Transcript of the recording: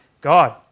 God